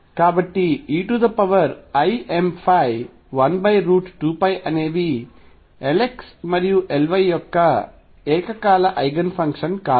కాబట్టి eimϕ 12π అనేవి Lx మరియు Ly యొక్క ఏకకాల ఐగెన్ ఫంక్షన్ కాదు